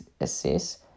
assess